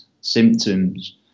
symptoms